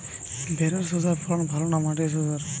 ভেরার শশার ফলন ভালো না মাটির শশার?